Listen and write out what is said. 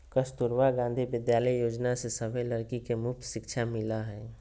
कस्तूरबा गांधी विद्यालय योजना से सभे लड़की के मुफ्त शिक्षा मिला हई